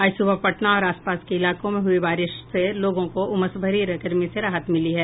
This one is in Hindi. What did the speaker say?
आज सुबह पटना और आस पास के इलाकों में हुई बारिश से लोगों को उमस भरी गर्मी से राहत मिली है